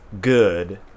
good –